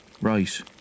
Right